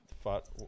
fought